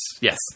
yes